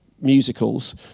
musicals